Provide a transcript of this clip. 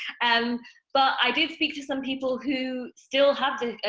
and but i did speak to some people who still have ah